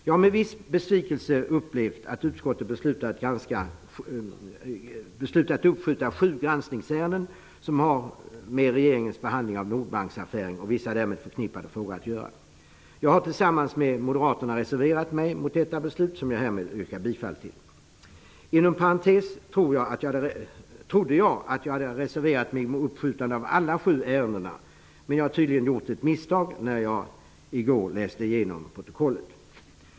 Jag har med viss besvikelse upplevt att utskottet beslutat att uppskjuta sju granskningsärenden som har med regeringens behandling av Nordbanksaffären och vissa därmed förknippade frågor att göra. Jag har tillsammans med Moderaterna reserverat mig mot detta beslut, och jag yrkar härmed bifall till den reservationen. Inom parentes sagt trodde jag att jag hade reserverat mig mot uppskjutande av alla sju ärendena, men jag har tydligen gjort ett misstag. Det förstod jag när jag läste igenom protokollet i går.